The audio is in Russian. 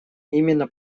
именно